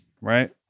right